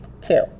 Two